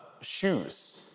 shoes